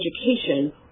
education